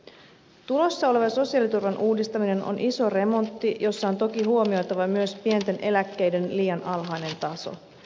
tulossa oleva sosiaaliturvan uudistaminen on iso remontti jossa on toki huomioitava myös pienten eläkkeiden liian alhainen taso